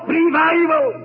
revival